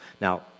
Now